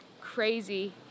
crazy